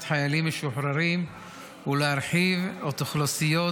חיילים משוחררים ולהרחיב את האוכלוסיות